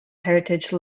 heritage